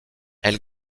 elle